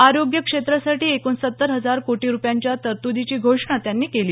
आरोग्य क्षेत्रासाठी एकोणसत्तर हजार कोटी रुपयांच्या तरत्दीची घोषणा त्यांनी केली